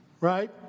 right